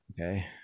Okay